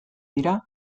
dira